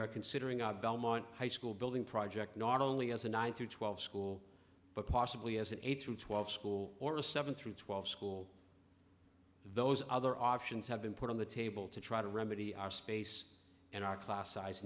are considering our belmont high school building project not only as a nine to twelve school but possibly as an eight through twelve school or a seven through twelve school those other options have been put on the table to try to remedy our space and our class size